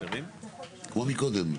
טוב.